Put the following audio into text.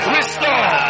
Restore